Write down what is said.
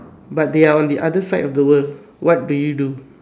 but they are on the other side of the world what do you do